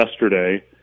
yesterday